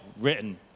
written